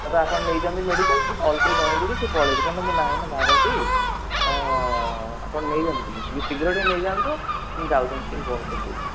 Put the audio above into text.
ତ ଆପଣ ନେଇଛନ୍ତି ମେଡ଼ିକାଲ୍ ମୁଁ କଲ୍ କରିକି ଜଣେଇ ଦେଉଛି ସେ ପଳେଇବେ କାହିଁ ନା ମୁଁ ନାହିଁ ନା ମୁଁ ବାହାରେ ଅଛି ତ ଆପଣ ନେଇ ଯାଆନ୍ତୁ ଟିକିଏ ଟିକିଏ ଶୀଘ୍ର ଟିକିଏ ନେଇ ଯାଆନ୍ତୁ ଯାଉଛନ୍ତି ସେ ମୁଁ ଫୋନ୍ କରିଦେଉଛି